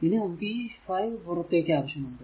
ഇനി നമുക്ക് ഈ 5 പുറത്തേക്കു ആവശ്യമുണ്ട്